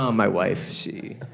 um my wife, she's